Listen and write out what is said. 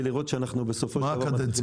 לראות שאנחנו בסופו של דבר --- מה הקדנציה?